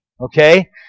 Okay